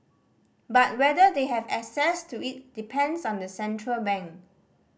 but whether they have access to it depends on the central bank